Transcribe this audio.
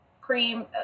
Cream